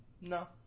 No